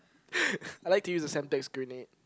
I like to use the Semtex grenade